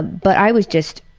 but i was just,